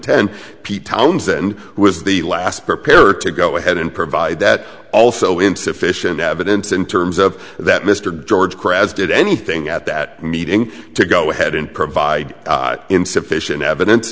ten pete townsend was the last prepare to go ahead and provide that also insufficient evidence in terms of that mr george krebs did anything at that meeting to go ahead and provide insufficient evidence